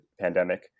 pandemic